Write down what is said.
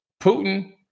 Putin